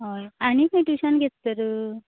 हय आनी खंय टूशन घेत तर